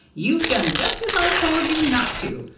you've done just as i told you not to.